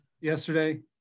yesterday